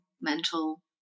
mental